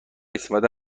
استفاده